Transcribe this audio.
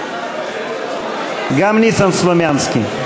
גם ניסן סלומינסקי.